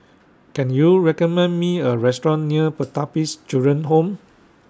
Can YOU recommend Me A Restaurant near Pertapis Children Home